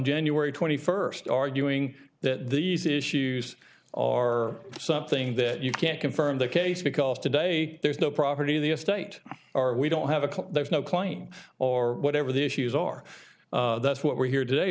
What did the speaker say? january twenty first arguing that these issues or something that you can't confirm the case because today there's no property of the estate or we don't have a clue there's no claim or whatever the issues are that's what we're here today